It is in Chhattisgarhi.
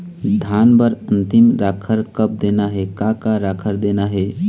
धान बर अन्तिम राखर कब देना हे, का का राखर देना हे?